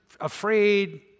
afraid